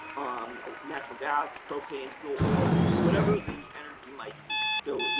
ah natural gas, propane, fuel oil, whatever the energy might be. so,